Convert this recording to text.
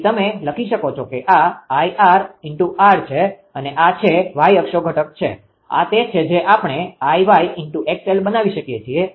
તેથી તમે લખી શકો છો કે આ 𝐼𝑥𝑟 છે અને આ છે y અક્ષો ઘટક છે આ તે છે જે આપણે 𝐼𝑦𝑥𝑙 બનાવી શકીએ છીએ